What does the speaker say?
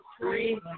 three